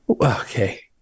Okay